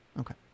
Okay